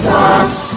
Sauce